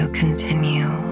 continue